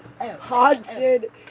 Haunted